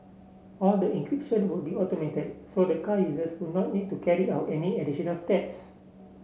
all the encryption would be automated so the car users would not need to carry out any additional steps